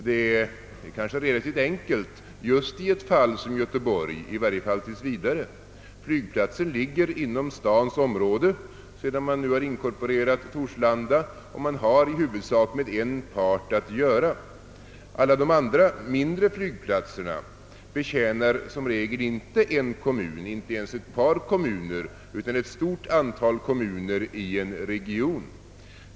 Det kommer kanske att gå relativt bra när det gäller Göteborg, i varje fall tills vidare. Flygplatsen ligger inom stadens område sedan staden nu inkorporerat Torslanda, och man kommer i huvudsak att ha med en part att göra. Alla de andra mindre flygplatserna betjänar i regel inte en kommun och inte ens ett par kommuner utan ett stort antal kommuner inom en region.